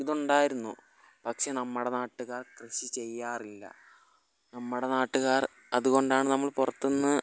ഇത് ഉണ്ടായിരുന്നു പക്ഷെ നമ്മുടെ നാട്ടുകാർ കൃഷി ചെയ്യാറില്ല നമ്മുടെ നാട്ടുകാർ അതുകൊണ്ടാണ് നമ്മൾ പുറത്ത് നിന്ന്